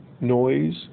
noise